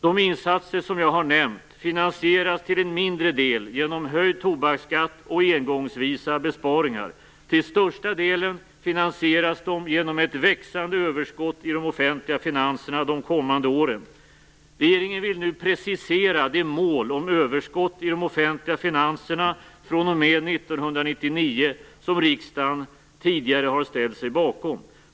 De insatser som jag har nämnt finansieras till en mindre del genom höjd tobaksskatt och engångsvisa besparingar. Till största delen finansieras de genom ett växande överskott i de offentliga finanserna under de kommande åren. Regeringen vill nu precisera det mål om överskott i de offentliga finanserna fr.o.m. 1999 som riksdagen tidigare har ställt sig bakom.